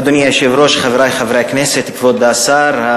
אדוני היושב-ראש, חברי חברי הכנסת, כבוד השרים,